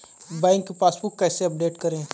Bank passbook कैसे update करें?